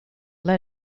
led